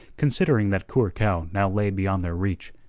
considering that curacao now lay beyond their reach,